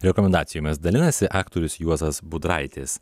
rekomendacijomis dalinasi aktorius juozas budraitis